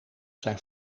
zijn